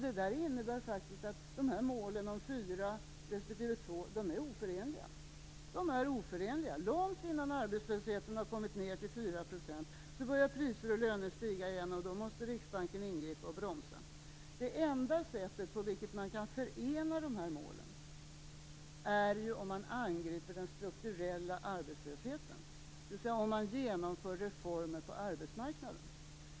Det innebär faktiskt att de där målen - 4 % respektive 2 %- är oförenliga. Långt innan arbetslösheten har kommit ned till 4 %, börjar priser och löner stiga igen, och då måste Riksbanken ingripa och bromsa. Det enda sätt som man kan förena de här målen på, är ju om man angriper den strukturella arbetslösheten, dvs. om man genomför reformer på arbetsmarknaden.